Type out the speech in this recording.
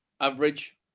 average